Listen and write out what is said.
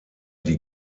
die